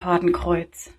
fadenkreuz